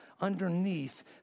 underneath